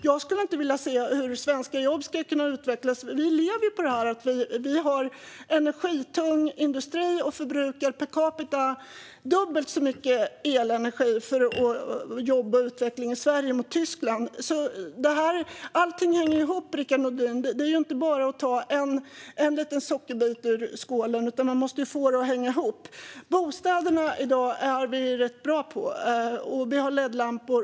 Jag kan inte se hur svenska jobb ska kunna utvecklas. Vi lever ju på en energitung industri och förbrukar per capita dubbelt så mycket elenergi för jobb och utveckling i Sverige jämfört med Tyskland. Allting hänger ihop, Rickard Nordin. Det är ju inte bara att ta en liten sockerbit ur skålen, utan man måste få det att hänga ihop. Bostäderna är vi i dag rätt bra på att energieffektivisera, och vi har ledlampor.